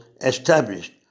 established